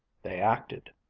they acted.